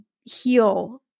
heal